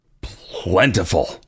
plentiful